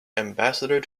ambassador